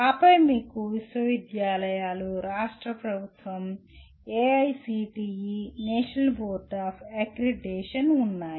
ఆపై మీకు విశ్వవిద్యాలయాలు రాష్ట్ర ప్రభుత్వం AICTE national board of accreditation ఉన్నాయి